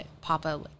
Papa